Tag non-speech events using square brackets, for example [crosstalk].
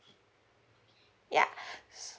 ya [breath]